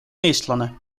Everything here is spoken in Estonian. eestlane